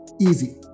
easy